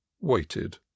waited